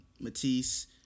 Matisse